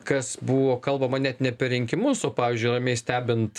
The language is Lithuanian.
kas buvo kalbama net ne per rinkimus o pavyzdžiui ramiai stebint